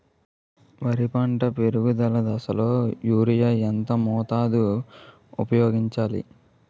వరి పంట పెరుగుదల దశలో యూరియా ఎంత మోతాదు ఊపయోగించాలి?